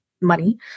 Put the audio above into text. money